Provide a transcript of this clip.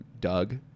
Doug